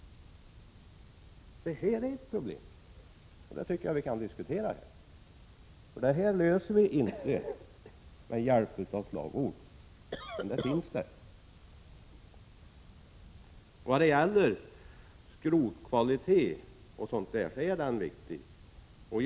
Det här är ett problem, och det tycker jag att vi kan diskutera här. Vi löser inte problemet med hjälp av slagord, men problemet finns där. Skrotets kvalitet o. d. är viktiga ting.